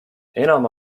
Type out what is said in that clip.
enam